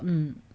mm